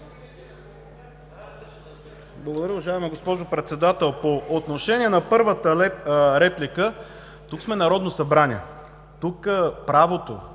Благодаря, уважаема госпожо Председател! По отношение на първата реплика, тук сме Народно събрание. Тук творим